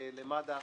למד"א,